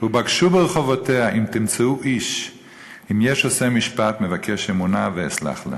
ובקשו ברחובותיה אם תמצאו איש אם יש עֹשה משפט מבקש אמונה ואסלח לה".